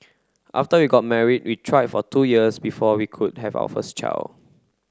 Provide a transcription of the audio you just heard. after we got married we tried for two years before we could have our first child